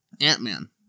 Ant-Man